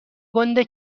گنده